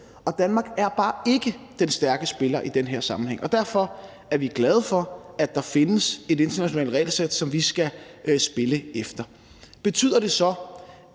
Og Danmark er bare ikke den stærke spiller i den her sammenhæng. Derfor er vi glade for, at der findes et internationalt regelsæt, som vi skal spille efter. Betyder det så,